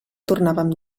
tornàvem